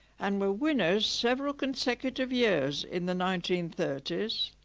and were winners several consecutive years in the nineteen thirty s